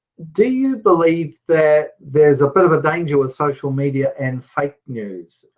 do you believe that there's a bit of a danger with social media and fake news?